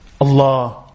Allah